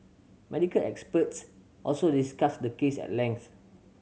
medical experts also discussed the case at length